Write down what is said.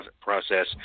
process